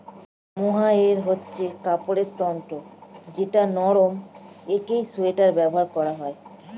mohair হচ্ছে কাপড়ের তন্তু যেটা নরম একং সোয়াটারে ব্যবহার করা হয়